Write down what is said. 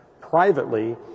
privately